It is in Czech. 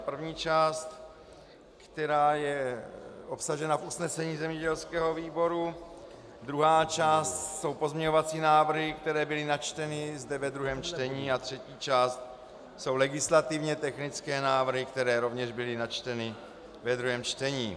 První část, která je obsažena v usnesení zemědělského výboru, druhá část jsou pozměňovací návrhy, které byly načteny zde ve druhém čtení, a třetí část jsou legislativně technické návrhy, které rovněž byly načteny ve druhém čtení.